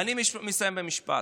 אני מסיים במשפט.